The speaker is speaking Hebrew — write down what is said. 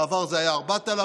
בעבר זה היה 4,000,